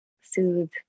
soothe